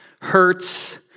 hurts